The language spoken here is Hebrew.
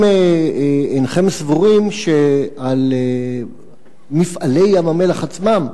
האם אינכם סבורים שעל מפעלי ים-המלח עצמם,